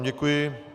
Děkuji.